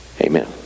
Amen